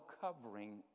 covering